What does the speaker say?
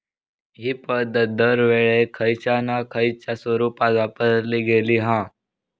हि पध्दत दरवेळेक खयच्या ना खयच्या स्वरुपात वापरली गेली हा